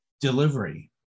Delivery